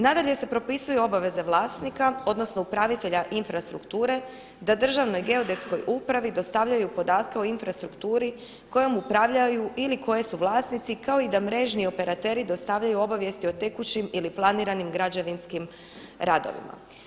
Nadalje se propisuje obaveza vlasnika, odnosno upravitelja infrastrukture da Državnoj geodetskoj upravi dostavljaju podatke o infrastrukturi kojom upravljaju ili koje su vlasnici kao i da mrežni operateri dostavljaju obavijesti o tekućim ili planiranim građevinskim radovima.